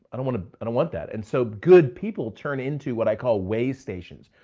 i don't want, ah i don't want that! and so good people turn into what i call waystations.